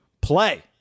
Play